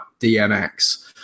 dmx